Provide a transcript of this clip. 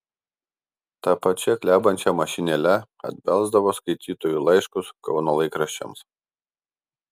ta pačia klebančia mašinėle atbelsdavo skaitytojų laiškus kauno laikraščiams